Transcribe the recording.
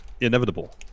inevitable